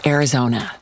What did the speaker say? Arizona